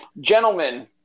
Gentlemen